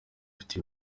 ifite